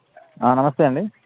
నమస్తే అండి